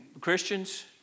Christians